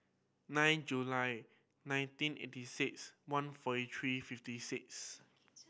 nine July nineteen eighty six one forty three fifty six